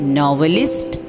novelist